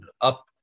up